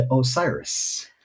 Osiris